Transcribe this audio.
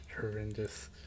horrendous